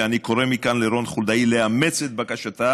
ואני קורא מכאן לרון חולדאי לאמץ את בקשתה